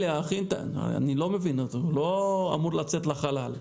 הוא לא אמור לצאת לחלל.